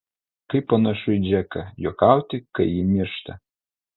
kaip panašu į džeką juokauti kai ji niršta